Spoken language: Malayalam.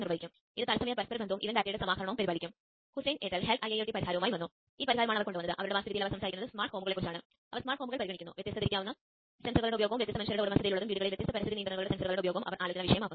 നിങ്ങൾക്കത് സ്വയം പരീക്ഷിച്ചുനോക്കാവുന്നതാണ് കാര്യങ്ങൾ നിങ്ങൾക്കായി പ്രവർത്തിക്കുന്നുണ്ടോ ഇല്ലയോ എന്ന് നോക്കാം